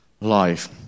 life